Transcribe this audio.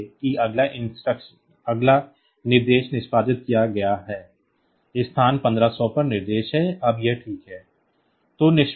इसलिए कि अगला निर्देश निष्पादित किया गया है स्थान 1500 पर निर्देश है अब यह ठीक है